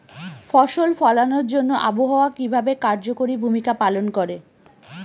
ফসল ফলানোর জন্য আবহাওয়া কিভাবে কার্যকরী ভূমিকা পালন করে?